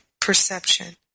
perception